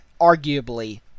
arguably